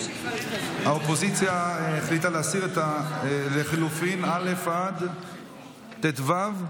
האופוזיציה החליטה להסיר את לחלופין א' עד ט"ו.